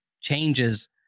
changes